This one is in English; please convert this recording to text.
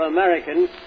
Americans